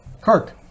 Kirk